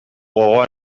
gogoa